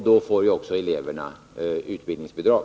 Då får eleverna också utbildningsbidrag.